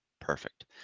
perfect